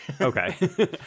Okay